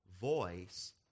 voice